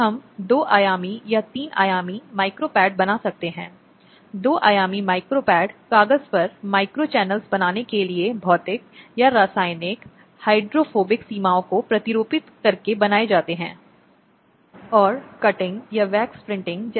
लेकिन यह अपराध किसी व्यक्ति के शरीर के खिलाफ शारीरिक स्तर पर हमले के संदर्भ में शारीरिक स्तर तक सीमित नहीं हैं बल्कि यह बहुत अधिक है क्योंकि यह किसी व्यक्ति की गरिमा और अखंडता को प्रभावित करता है या पीड़ा देता है